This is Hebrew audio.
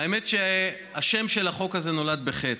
האמת היא שהשם של החוק הזה נולד בחטא.